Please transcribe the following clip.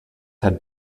had